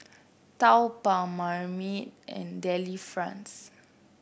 Taobao Marmite and Delifrance